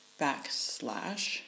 backslash